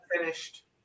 finished